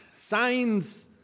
Signs